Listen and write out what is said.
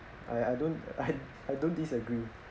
I I don't I don't disagree